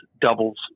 doubles